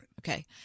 Okay